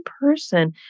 person